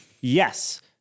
Yes